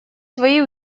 свои